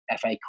FA